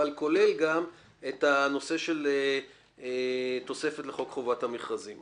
אבל כולל גם את הנושא של תוספת לחוק חובת המכרזים.